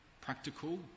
practical